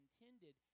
intended